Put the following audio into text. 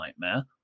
nightmare